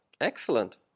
Excellent